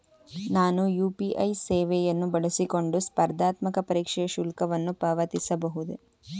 ನಾನು ಯು.ಪಿ.ಐ ಸೇವೆಯನ್ನು ಬಳಸಿಕೊಂಡು ಸ್ಪರ್ಧಾತ್ಮಕ ಪರೀಕ್ಷೆಯ ಶುಲ್ಕವನ್ನು ಪಾವತಿಸಬಹುದೇ?